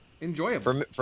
Enjoyable